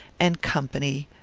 and company,